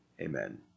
Amen